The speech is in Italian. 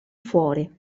fuori